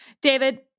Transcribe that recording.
David